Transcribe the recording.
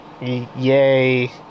yay